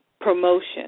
promotion